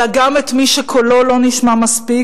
אלא גם את מי שקולו לא נשמע מספיק,